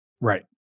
right